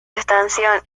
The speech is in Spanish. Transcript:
estancia